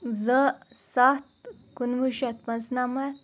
زٕ سَتھ کُنوُہ شَتھ پانٛژھ نَمَتھ